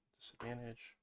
Disadvantage